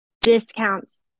discounts